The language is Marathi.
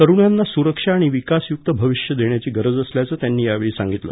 तरूणांना सुरक्षा आणि विकासयुक्त भविष्य देण्याची गरज असल्याचं त्यांनी यावेळी सांगितलं